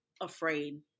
afraid